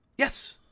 Yes